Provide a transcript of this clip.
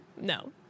no